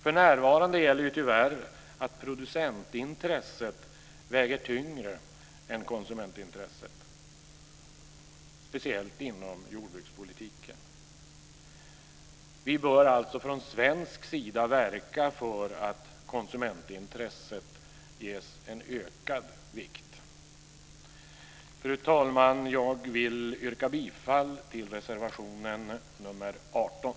För närvarande gäller tyvärr att producentintresset väger tyngre än konsumentintresset, speciellt inom jordbrukspolitiken. Vi i Sverige bör alltså verka för att konsumentintresset ges en ökad vikt. Fru talman! Jag vill yrka bifall till reservation nr 18.